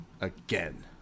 again